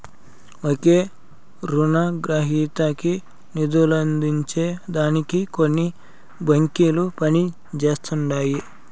ఒకే రునగ్రహీతకి నిదులందించే దానికి కొన్ని బాంకిలు పనిజేస్తండాయి